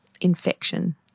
infection